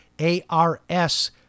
A-R-S